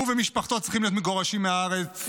הוא ומשפחתו צריכים להיות מגורשים מהארץ.